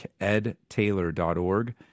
edtaylor.org